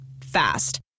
Fast